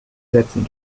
sätzen